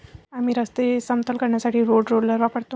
आम्ही रस्ते समतल करण्यासाठी रोड रोलर वापरतो